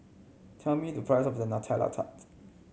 tell me the price of Nutella Tart